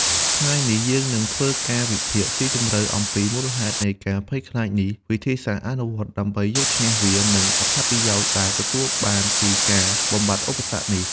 ថ្ងៃនេះ យើងនឹងធ្វើការវិភាគស៊ីជម្រៅអំពីមូលហេតុនៃការភ័យខ្លាចនេះ វិធីសាស្ត្រអនុវត្តដើម្បីយកឈ្នះវា និងអត្ថប្រយោជន៍ដែលទទួលបានពីការបំបាត់ឧបសគ្គនេះ។